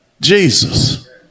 Jesus